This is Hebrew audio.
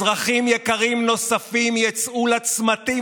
אזרחים יקרים נוספים יצאו לצמתים,